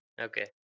Okay